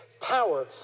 power